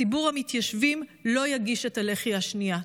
ציבור המתיישבים לא יגיש את הלחי השנייה.